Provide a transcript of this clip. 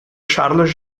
charles